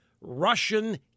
Russian